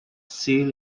sea